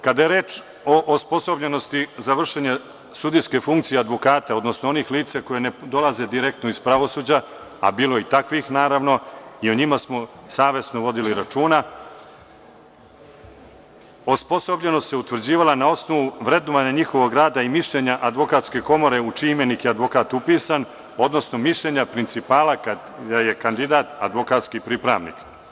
Kada je reč o osposobljenosti za vršenje sudijske funkcije advokata, odnosno onih lica koja ne dolaze direktno iz pravosuđa, a bilo je i takvih naravno i o njima smo savesno vodili računa, osposobljenost se utvrđivala na osnovu vrednovanja njihovog rada i mišljenja Advokatske komore u čiji imenik je advokat upisan, odnosno mišljenja principala kada je kandidat advokatski pripravnik.